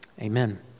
amen